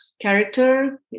character